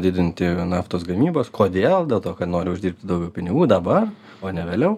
didinti naftos gamybos kodėl dėl to kad nori uždirbti daugiau pinigų dabar o ne vėliau